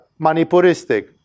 Manipuristic